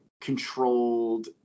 controlled